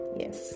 yes